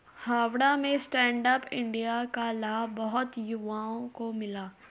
हावड़ा में stand up India का लाभ बहुत युवाओं को मिला